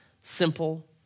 simple